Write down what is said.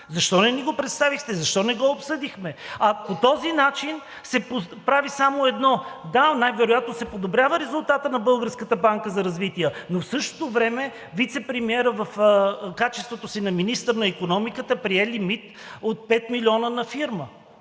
Защо не ни го представихте, защо не го обсъдихме?! По този начин се прави само едно – да, най-вероятно се подобрява резултатът на Българска банка за развитие, но в същото време вицепремиерът в качеството си на министър на икономиката прие лимит от 5 милиона на фирма,